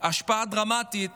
השפעה דרמטית